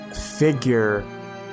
figure